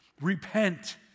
Repent